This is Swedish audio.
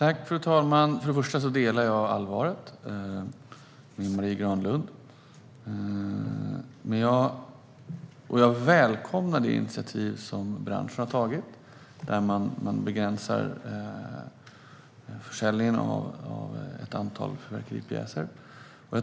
Fru talman! Först och främst delar jag Marie Granlunds syn på allvaret i detta. Jag välkomnar det initiativ som branschen har tagit där man begränsar försäljningen av ett antal fyrverkeripjäser.